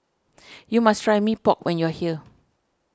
you must try Mee Pok when you are here